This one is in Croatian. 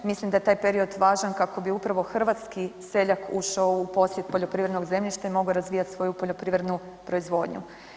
Mislim da je taj period važan kako bi upravo hrvatski seljak ušao u posjed poljoprivrednog zemljišta i mogao razvijati svoju poljoprivrednu proizvodnju.